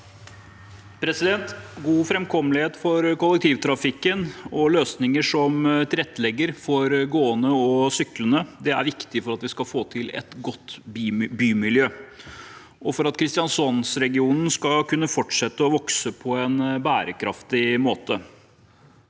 God fram- kommelighet for kollektivtrafikken og løsninger som tilrettelegger for gående og syklende, er viktig for at vi skal få til et godt bymiljø, og for at Kristiansands-regionen skal kunne fortsette å vokse på en bærekraftig måte.